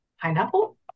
Pineapple